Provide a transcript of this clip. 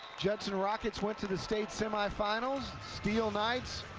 judson rockets went to the state semi finals. steele knights,